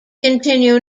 continue